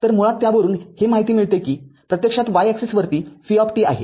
तर मुळात त्यावरून ही माहिती मिळते कि प्रत्यक्षात y axis वरती v आहे